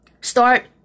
Start